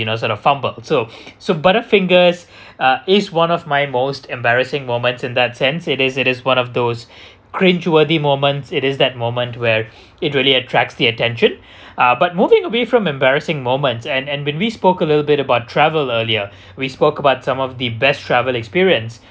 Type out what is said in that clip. you know sort of fumble so so butterfingers uh is one of my most embarrassing moments in that sense it is it is one of those cringe worthy moments it is that moment where it really attracts the attention uh but moving away from embarrassing moments and and when we spoke a little bit about travel earlier we spoke about some of the best travel experience